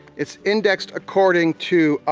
it's indexed according to